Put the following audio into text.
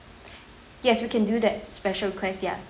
yes we can do that special request ya